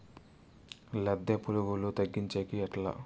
లద్దె పులుగులు తగ్గించేకి ఎట్లా?